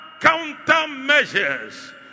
countermeasures